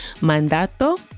mandato